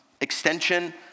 extension